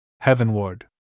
Heavenward